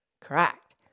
Correct